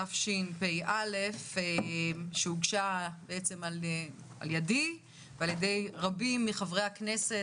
התשפ"א שהוגשה על ידי ועל ידי רבים מחברי הכנסת,